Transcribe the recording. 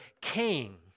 king